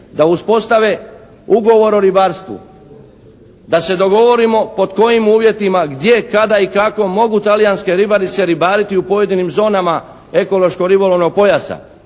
da uspostave ugovor o ribarstvu, da se dogovorimo pod kojim uvjetima gdje, kada i kako mogu talijanske ribarice ribariti u pojedinim zonama ekološko-ribolovnog pojasa.